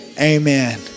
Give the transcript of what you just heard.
amen